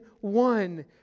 one